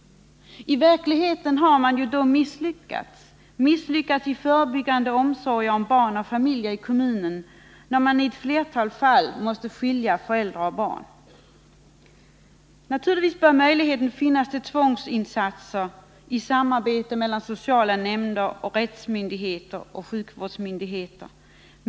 I verkligheten har man ju misslyckats med de förebyggande omsorgerna om barn och familjer när man i ett flertal fall måste skilja föräldrar och barn. Naturligtvis måste det finnas möjligheter till tvångsinsatser i samarbete mellan sociala nämnder, rättsmyndigheter och sjukvårdsmyndigheter.